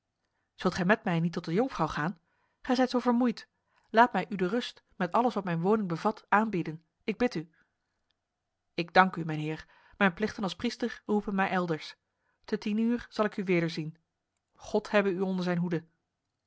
zult gij met mij niet tot de jonkvrouw gaan gij zijt zo vermoeid laat mij u de rust met alles wat mijn woning bevat aanbieden ik bid u ik dank u mijnheer mijn plichten als priester roepen mij elders te tien uur zal ik u wederzien god hebbe u onder zijn hoede